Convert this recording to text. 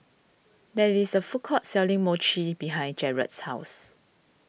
there is a food court selling Mochi behind Jarred's house